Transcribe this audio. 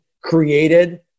created